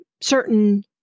certain